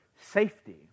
safety